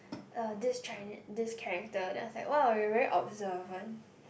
uh this this character then I was like !wow! you very observant